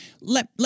let